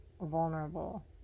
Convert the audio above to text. vulnerable